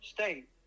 State